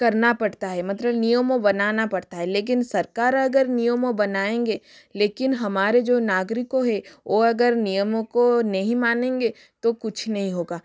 करना पड़ता है मतलब नियमों बनाना पड़ता है लेकिन सरकार अगर नियमों बनाएँगे लेकिन हमारे जो नागरिक है ओ अगर नियमों को नहीं मानेंगे तो कुछ नहीं होगा